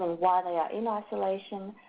while they are in isolation